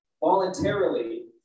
voluntarily